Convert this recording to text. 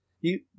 You-